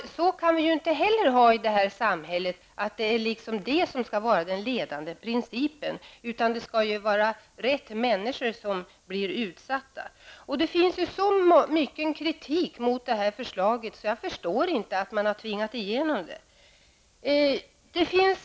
Så kan vi ju inte ha det i samhället att det skall vara den ledande principen, utan det är rätt människor som skall bli utsatta. Det finns så mycken kritik mot det här förslaget att jag inte förstår att man har tvingat igenom det.